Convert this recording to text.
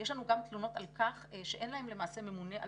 יש לנו גם תלונות על כך שאין להם למעשה ממונה על